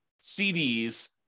CDs